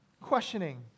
questioning